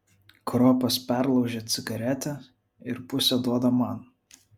kropas perlaužia cigaretę ir pusę duoda man